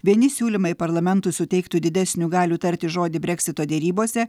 vieni siūlymai parlamentui suteiktų didesnių galių tarti žodį breksito derybose